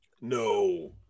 No